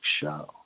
show